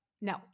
No